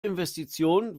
investition